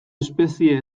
espezie